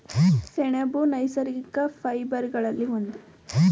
ಸೆಣಬು ನೈಸರ್ಗಿಕ ಫೈಬರ್ ಗಳಲ್ಲಿ ಒಂದು